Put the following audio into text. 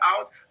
out